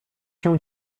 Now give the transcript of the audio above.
się